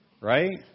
Right